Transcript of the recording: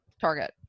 Target